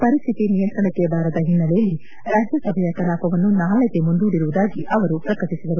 ಪರಿಸ್ಥಿತಿ ನಿಯಂತ್ರಣಕ್ಕೆ ಬಾರದ ಹಿನ್ನೆಲೆಯಲ್ಲಿ ರಾಜ್ಯಸಭೆಯ ಕಲಾಪವನ್ನು ನಾಳೆಗೆ ಮುಂದೂಡಿರುವುದಾಗಿ ಅವರು ಪ್ರಕಟಿಸಿದರು